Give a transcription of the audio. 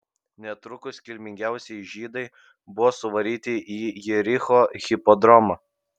netrukus kilmingiausieji žydai buvo suvaryti į jericho hipodromą